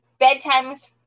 bedtimes